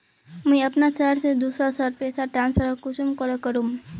मुई अपना शहर से दूसरा शहर पैसा ट्रांसफर कुंसम करे करूम?